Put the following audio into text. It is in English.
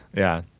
yeah.